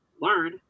learn